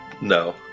No